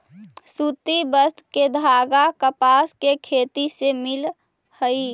सूति वस्त्र के धागा कपास के खेत से मिलऽ हई